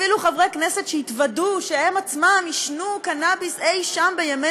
אפילו חברי הכנסת שהתוודו שהם עצמם עישנו קנאביס אי-שם בימי